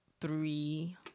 three